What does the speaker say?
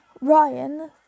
Ryan